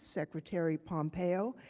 secretary pompeo,